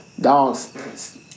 Dogs